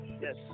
Yes